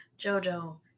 Jojo